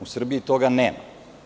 U Srbiji toga nema.